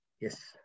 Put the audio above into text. Yes